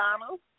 Donald